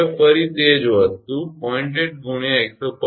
હવે ફરી તે જ વસ્તુ 0